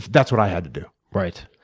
that's what i had to do. right.